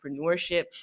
entrepreneurship